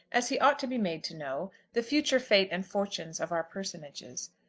as he ought to be made to know, the future fate and fortunes of our personages.